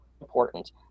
important